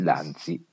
Lanzi